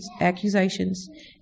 accusations